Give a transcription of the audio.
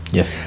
Yes